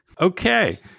Okay